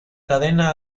cadena